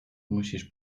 musisz